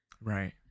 Right